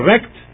correct